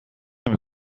نمی